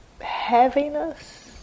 heaviness